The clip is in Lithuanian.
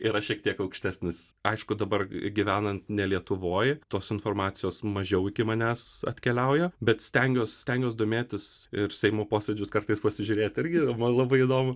yra šiek tiek aukštesnis aišku dabar gyvenant ne lietuvoj tos informacijos mažiau iki manęs atkeliauja bet stengiuos stengiuos domėtis ir seimo posėdžius kartais pasižiūrėt irgi man labai įdomu